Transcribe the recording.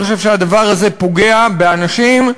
אני חושב שהדבר הזה פוגע באנשים,